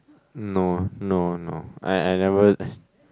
no no no I I never